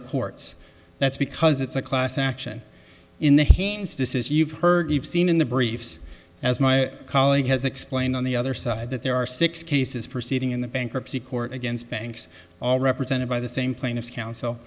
courts that's because it's a class action in the haynes this is you've heard you've seen in the briefs as my colleague has explained on the other side that there are six cases proceeding in the bankruptcy court against banks all represented by the same plaintiff counsel